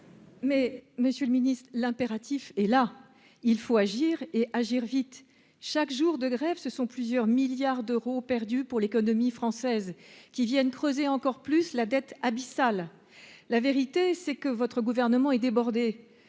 Mais Monsieur le Ministre, l'impératif et là, il faut agir et agir vite, chaque jour de grève, ce sont plusieurs milliards d'euros perdus pour l'économie française qui viennent creuser encore plus la dette abyssale, la vérité c'est que votre gouvernement est débordé,